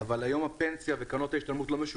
מפקדים בצבא,